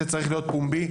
זה צריך להיות פומבי,